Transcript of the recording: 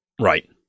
Right